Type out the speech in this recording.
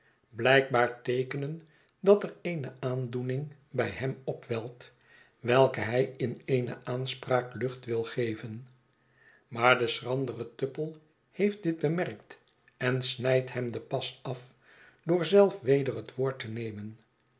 blijkbare teekenen dat er eene aandoening bij hem opwelt welke hij in eene aanspraak lucht wil geven maar de schrandere tupple heeft dit bemerkt en snijdt hem den pas af door zelf weder het woord te nemen